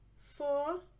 Four